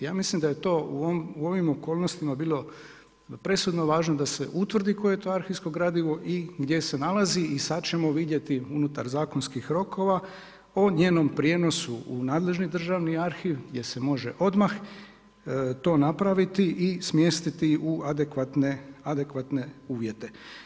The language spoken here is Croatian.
Ja mislim da je to u ovim okolnostima bilo presudno važno da se utvrdi koje je to arhivsko gradivo i gdje se nalazi i sad ćemo vidjeti unutar zakonskih rokova o njenom prijenosu u nadležni državni arhiv gdje se može odmah to napraviti i smjestiti u adekvatne uvjete.